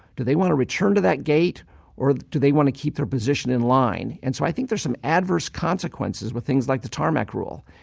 do they want to return to that gate or do they want to keep their position in line? and so i think there's some adverse consequences with things like the tarmac rule.